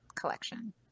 collection